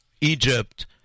Egypt